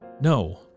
No